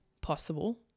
possible